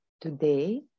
Today